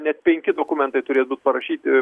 net penki dokumentai turės būt parašyti